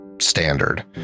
standard